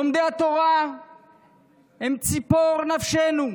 לומדי התורה הם ציפור נפשנו,